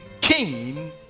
king